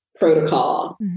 protocol